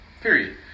Period